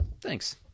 Thanks